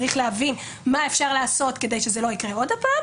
צריך להבין מה אפשר לעשות כדי שזה לא יקרה עוד פעם"